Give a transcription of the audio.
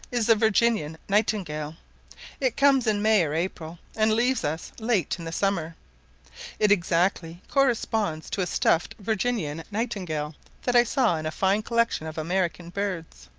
is the virginian nightingale it comes in may or april, and leaves us late in the summer it exactly corresponds to a stuffed virginian nightingale that i saw in a fine collection of american birds.